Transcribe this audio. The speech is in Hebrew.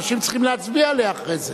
אנשים צריכים להצביע עליה אחרי זה.